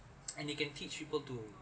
and you can teach people to